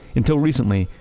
until recently,